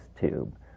tube